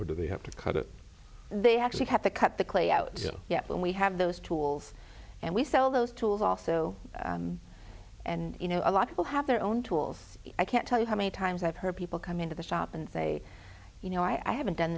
or do they have to cut it they actually have to cut the clay out yet and we have those tools and we sell those tools also and you know a lot people have their own tools i can't tell you how many times i've heard people come into the shop and say you know i haven't done